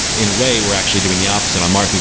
in a way, we're actually doing the opposite. on mars,